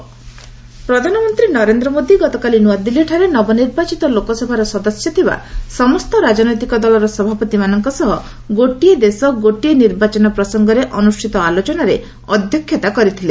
PM one nation one election ପ୍ରଧାନମନ୍ତ୍ରୀ ନରେନ୍ଦ୍ର ମୋଦି ଗତକାଲି ନୂଆଦିଲ୍ଲୀଠାରେ ନବନିର୍ବାଚିତ ଲୋକସଭାର ସଦସ୍ୟ ଥିବା ସମସ୍ତ ରାଜନୈତିକ ଦଳର ସଭାପତିମାନଙ୍କ ସହ 'ଗୋଟିଏ ଦେଶ ଗୋଟିଏ ନିର୍ବାଚନ' ପ୍ରସଙ୍ଗରେ ଅନୁଷ୍ଠିତ ଆଲୋଚନାରେ ଅଧ୍ୟକ୍ଷତା କରିଥିଲେ